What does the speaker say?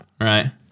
Right